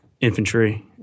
infantry